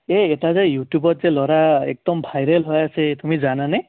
এই এটা যে ইউটিউবত যে ল'ৰা একদম ভাইৰেল হৈ আছে তুমি জানানে